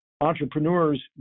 entrepreneurs